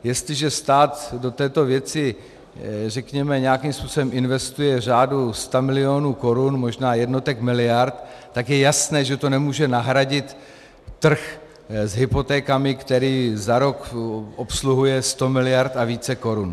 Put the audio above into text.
Jestliže stát do této věci nějakým způsobem investuje v řádu stamilionů korun, možná jednotek miliard, tak je jasné, že to nemůže nahradit trh s hypotékami, který za rok obsluhuje sto miliard a více korun.